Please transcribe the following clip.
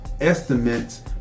estimates